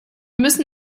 müssen